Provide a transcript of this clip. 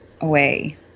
away